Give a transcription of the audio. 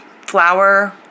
flour